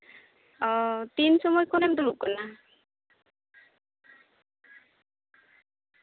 ᱚ ᱛᱤᱱ ᱥᱚᱢᱚᱭ ᱠᱷᱚᱱᱮᱢ ᱫᱩᱲᱩᱵ ᱠᱟᱱᱟ